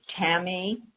Tammy